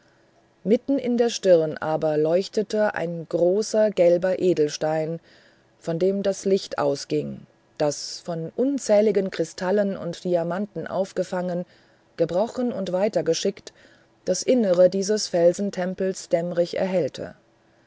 mitten in der stirn aber leuchtete ein großer gelber edelstein von dem das licht ausging das von unzähligen kristallen und diamanten aufgefangen gebrochen und weiter geschickt das innere dieses felsentempels dämmerig erhellte